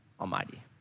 Almighty